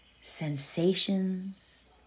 sensations